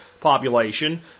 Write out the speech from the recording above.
population